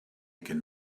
can